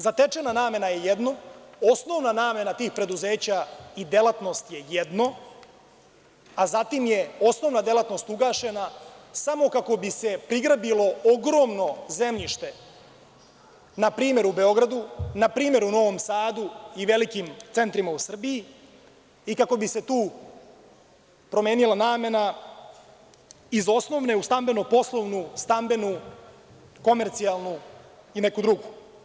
Zatečena namena je jedno, osnovna namena tih preduzeća i delatnost je jedno, a zatim je osnovna delatnost ugašena, samo kako bi se prigrabilo ogromno zemljište, na primer u Beogradu, na primer u Novom Sadu i velikim centrima u Srbiji, i kako bi se tu promenila namena iz osnovne u stambeno-poslovnu, stambenu, komercijalnu i neku drugu.